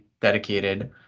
dedicated